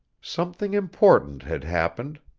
something important had happened,